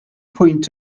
pwynt